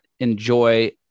enjoy